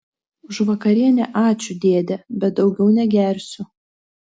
už vakarienę ačiū dėde bet daugiau negersiu